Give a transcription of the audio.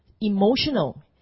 emotional